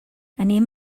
anem